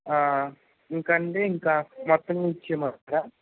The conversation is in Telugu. ఇంకా అండి ఇంక మొత్తం ఇచ్చేయమంటారా